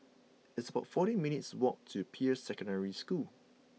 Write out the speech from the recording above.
it's about fourteen minutes' walk to Peirce Secondary School